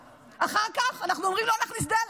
אחר כך אנחנו אומרים שלא נכניס דלק,